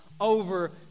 over